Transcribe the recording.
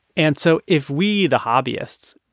and so if we, the hobbyists,